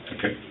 Okay